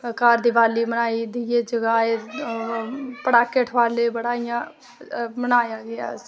घर दिवाली बनाई दिये जगाए पटाके ठुआले बड़ा इयां मनाया गेआ उस्सी